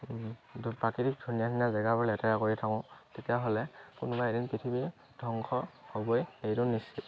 এইটো প্ৰাকৃতিক ধুনীয়া ধুনীয়া জেগাবোৰ লেতেৰা কৰি থাকোঁ তেতিয়াহ'লে কোনোবা এদিন পৃথিৱীৰ ধ্বংস হ'বই সেইটো নিশ্চিত